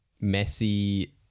messy